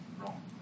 wrong